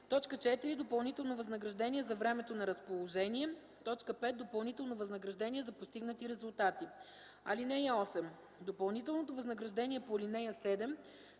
4. допълнително възнаграждение за времето на разположение; 5. допълнително възнаграждение за постигнати резултати. (8) Допълнителното възнаграждение по ал. 7,